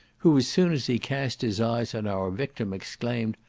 who, as soon as he cast his eyes on our victim, exclaimed,